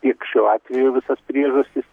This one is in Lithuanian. tiek šiuo atveju visas priežastis